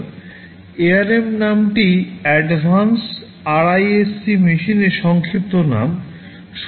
ARM নামটি advanced RISC মেশিনের সংক্ষিপ্ত নাম